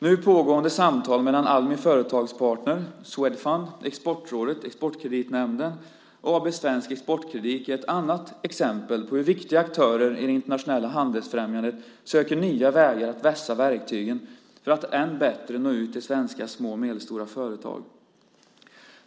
Nu pågående samtal mellan Almi Företagspartner AB, Swedfund, Exportrådet, Exportkreditnämnden och AB Svensk Exportkredit är ett annat exempel på hur viktiga aktörer i det internationella handelsfrämjandet söker nya vägar att vässa verktygen för att än bättre nå ut till svenska små och medelstora företag.